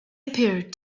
appeared